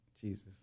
Jesus